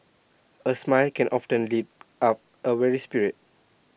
A smile can often lift up A weary spirit